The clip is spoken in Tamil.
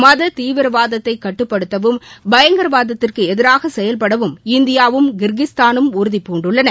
மத தீவிரவாதத்தை கட்டுப்படுத்தவும் பயங்கரவாதத்திற்கு எதிராக செயல்படவும் இந்தியாவும் கிர்கிஸ்தானும் உறுதிபூண்டுள்ளன